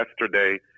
yesterday